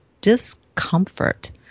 discomfort